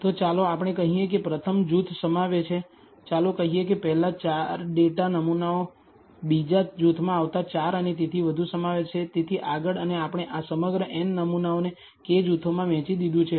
તો ચાલો આપણે કહીએ કે પ્રથમ જૂથ સમાવે છે ચાલો કહીએ કે પહેલા 4 ડેટા નમૂનાઓ બીજા જૂથમાં આવતા 4 અને તેથી વધુ સમાવે છે તેથી આગળ અને આપણે આ સમગ્ર n નમૂનાઓને K જૂથોમાં વહેંચી દીધું છે